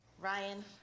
Ryan